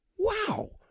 Wow